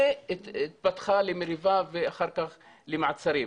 אבל היא התפתחה למריבה ואחר כך למעצרים.